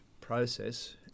process